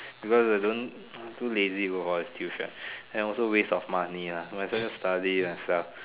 because I don't too lazy for all this tuition and also waste of money ah so might as well just study myself